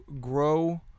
grow